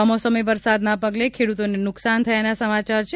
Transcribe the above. કમોસમી વરસાદના પગલે ખેડૂતોને નુકસાન થયાના સમાચાર છે